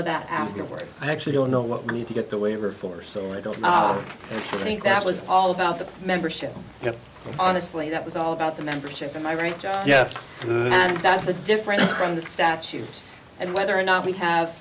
of that after work i actually don't know what we need to get the labor force so we're going to think that was all about the membership honestly that was all about the membership and i really yeah and that's a different from the statute and whether or not we have